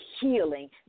healing